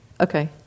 Okay